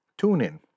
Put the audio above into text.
TuneIn